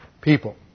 people